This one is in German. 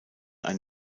ein